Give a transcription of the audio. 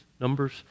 Numbers